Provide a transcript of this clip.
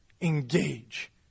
Engage